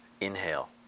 inhale